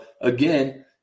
again